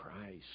Christ